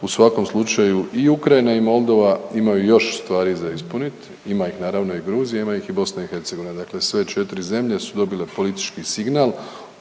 U svakom slučaju i Ukrajina i Moldova imaju još stvari za ispunit, ima ih naravno i Gruzija, ima ih i BiH, dakle sve četri zemlje su dobile politički signal